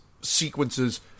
sequences